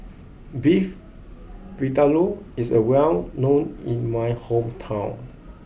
Beef Vindaloo is well known in my hometown